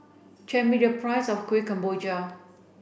tell me the price of Kueh Kemboja